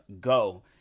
go